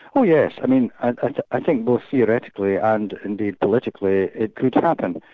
oh yes. i mean ah i think both theoretically and indeed politically, it could happen.